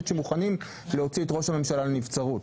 שמוכנים להוציא את ראש הממשלה לנבצרות,